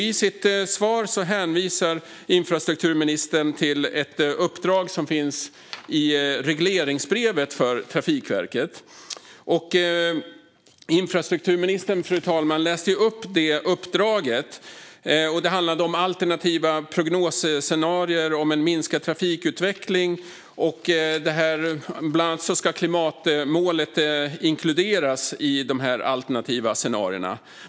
I sitt svar hänvisar infrastrukturministern till ett uppdrag i regleringsbrevet för Trafikverket. Infrastrukturministern läste upp uppdraget, fru talman. Det handlade om alternativa prognosscenarier om en minskad trafikutveckling. Bland annat ska klimatmålet inkluderas i dessa alternativa scenarier.